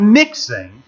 mixing